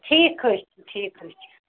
ٹھیٖک حظ چھُ ٹھیٖک حظ چھُ